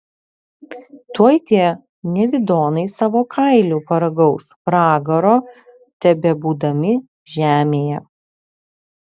tuoj tie nevidonai savo kailiu paragaus pragaro tebebūdami žemėje